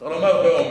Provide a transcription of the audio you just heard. צריך לומר באומץ,